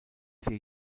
vier